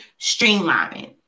streamlining